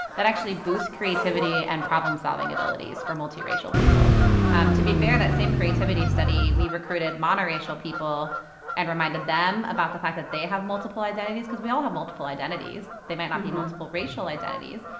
that actually boosts creativity and problem-solving abilities for multiracial people um to be fair that same creativity study, we recruited monoracial people and reminded them about the fact that they have multiple identities because we all have multiple identities. they might not be multiple racial identities,